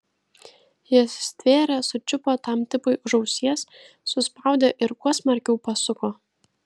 jis stvėrė sučiupo tam tipui už ausies suspaudė ir kuo smarkiau pasuko